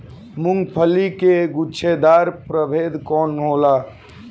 मूँगफली के गुछेदार प्रभेद कौन होला?